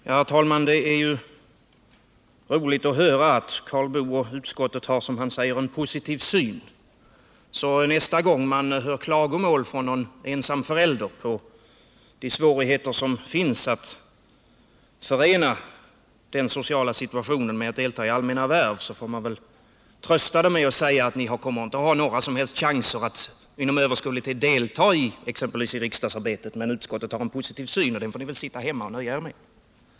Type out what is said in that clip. Herr talman! Det är roligt att höra att Karl Boo och utskottet har, som han säger, en positiv syn. Nästa gång man hör klagomål från någon ensamförälder om de svårigheter som finns att förena den sociala situationen med att delta i allmänna värv, får man väl trösta dem med att säga att ni kommer inte att ha några som helst chanser att inom överskådlig tid delta i exempelvis riksdagsarbetet, men utskottet har en positiv syn, och den får ni väl sitta hemma och nöja er med.